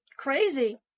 crazy